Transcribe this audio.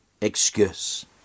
excuse